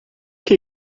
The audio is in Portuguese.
que